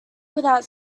without